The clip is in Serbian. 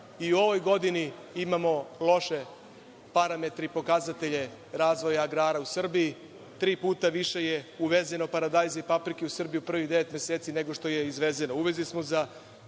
i u ovoj godini imamo loše parametre i pokazatelje razvoja agrara u Srbiji. Tri puta više je uvezeno paradajza i paprike u Srbiju u prvih devet meseci, nego što je izvezeno,